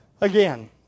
Again